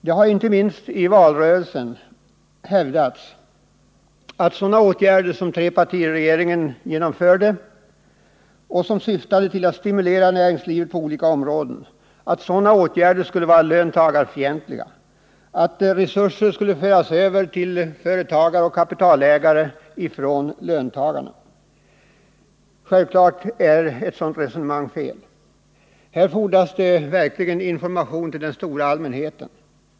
Det har inte minst i valrörelsen hävdats att de åtgärder som trepartiregeringen vidtog och som syftade till att stimulera näringslivet på olika områden skulle vara löntagarfientliga, att resurser skulle ha förts över från löntagarna till företagare och kapitalägare. Självfallet är ett sådant resonemang felaktigt. Här fordras verkligen information till den stora allmänheten.